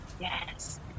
Yes